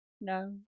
No